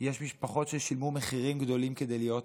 יש משפחות ששילמו מחירים גדולים כדי להיות פה.